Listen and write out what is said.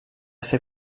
ser